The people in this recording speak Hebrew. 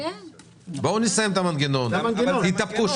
בואו נסיים את המנגנון, תתאפקו.